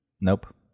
Nope